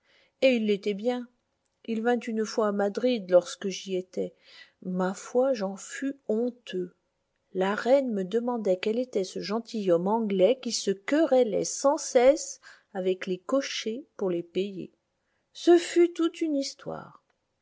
et il l'était bien il vint une fois à madrid lorsque j'y étais ma foi j'en fus honteux la reine me demandait quel était ce gentilhomme anglais qui se querellait sans cesse avec les cochers pour les payer ce fut toute une histoire